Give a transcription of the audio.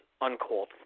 uncalled